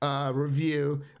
review